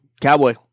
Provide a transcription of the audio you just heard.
Cowboy